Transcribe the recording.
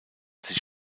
sich